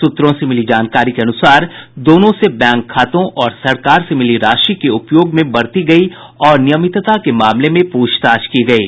सूत्रों से मिली जानकारी के अनुसार दोनों से बैंक खातों और सरकार से मिली राशि के उपयोग में बरती गयी अनियमितता के मामले में पूछताछ की गयी